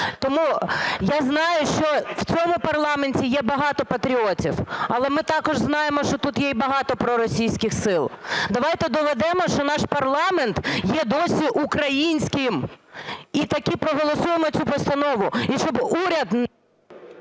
Тому… Я знаю, що в цьому парламенті є багато патріотів, але ми також знаємо, що тут є й багато проросійських сил. Давайте доведемо, що наш парламент є досі українським, і таки проголосуємо цю постанову.